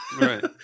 right